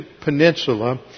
peninsula